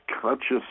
conscious